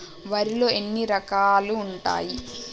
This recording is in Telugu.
వరిలో ఎన్ని రకాలు ఉంటాయి?